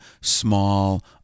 small